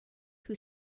who